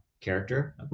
character